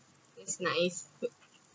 it’s nice good